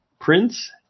Prince